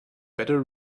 better